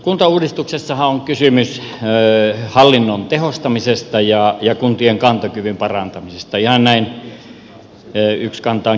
kuntauudistuksessahan on kysymys hallinnon tehostamisesta ja kuntien kantokyvyn parantamisesta ihan näin ykskantaan kiteytettynä